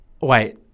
Wait